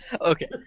Okay